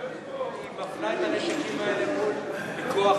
היא מפנה את הנשקים האלה מול כוח,